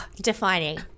Defining